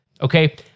okay